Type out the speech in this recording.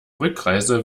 rückreise